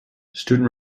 student